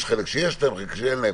יש חלק שיש להם, חלק שאין להם.